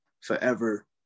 forever